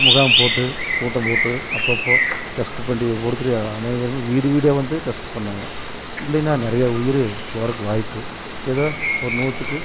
முகாம் போட்டு கூட்டம் போட்டு அப்போ அப்போ டெஸ்ட்டு பண்ணி கொடுத்துட்டு அனைவரும் வீடு வீடாக வந்து டெஸ்ட்டு பண்ணாங்க இல்லைனா நிறையா உயிர் போகிறதுக்கு வாய்ப்பு எதோ ஒரு நூற்றுக்கு